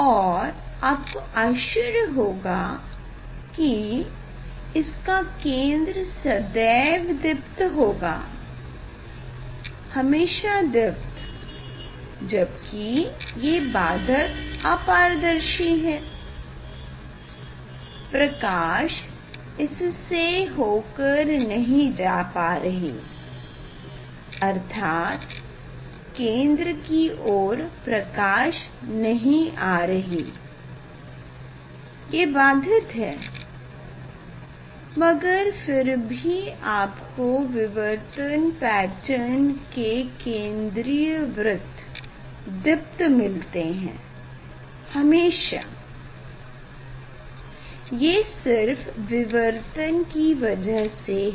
और आपको आश्चर्य होगा कि इसका केंद्र सदैव दीप्त होगा हमेशा दीप्त जबकि ये बाधक अपारदर्शी डिस्क है प्रकाश इससे हो कर नहीं जा पा रही अर्थात केंद्र की ओर प्रकाश नहीं आ रही ये बाधित है मगर फिर भी आपको विवर्तन पैटर्न के केंद्रीय वृत्त दीप्त मिलते हैं हमेशा ये सिर्फ विवर्तन की वजह से है